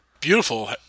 Beautiful